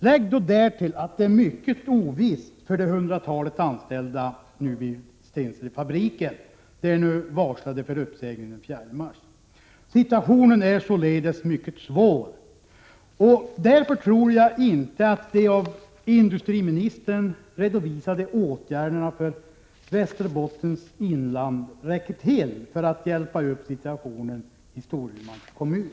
Därtill måste man lägga att situationen är mycket oviss för de ca 100 anställda vid Stenselefabriken, vilka är varslade för uppsägning den 4 mars. Situationen är således mycket svår. Därför tror jag inte att de av industriministern redovisade åtgärderna för Västerbottens inland räcker till för att förbättra situationen i Storumans kommun.